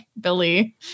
Billy